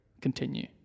Continue